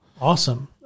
awesome